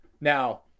Now